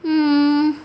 hmm